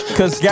Cause